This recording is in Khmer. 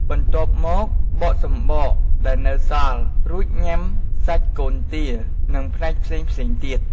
បន្ទាប់មក បកសំបកដែលនៅសល់ រួចញ៉ាំសាច់កូនទា និងផ្នែកផ្សេងៗទៀត។